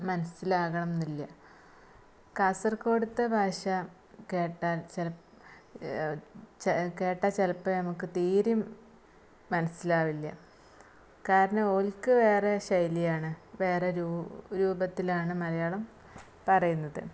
മനസ്സിലാകണം എന്നില്ല കാസർഗോഡിലെ ഭാഷ കേട്ടാൽ കേട്ടാൽ ചിലപ്പം നമുക്ക് തീരെയും മനസ്സിലാവില്ല കാരണം ഓൽക്ക് വേറെ ശൈലിയാണ് വേറെ രൂപത്തിലാണ് മലയാളം പറയുന്നത്